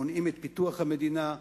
מונעים את פיתוח המדינה,